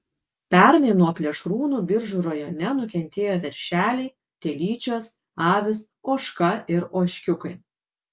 pernai nuo plėšrūnų biržų rajone nukentėjo veršeliai telyčios avys ožka ir ožkiukai